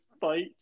fight